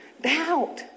Doubt